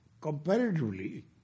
comparatively